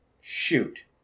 Shoot